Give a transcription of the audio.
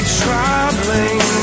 troubling